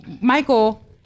Michael